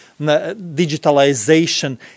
digitalization